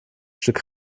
stück